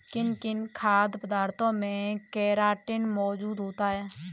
किन किन खाद्य पदार्थों में केराटिन मोजूद होता है?